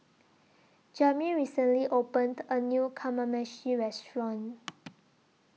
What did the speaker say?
Jami recently opened A New Kamameshi Restaurant